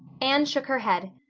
anne shook her head.